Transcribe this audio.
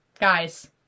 Guys